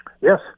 Yes